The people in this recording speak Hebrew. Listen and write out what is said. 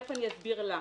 תכף אסביר למה.